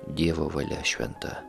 dievo valia šventa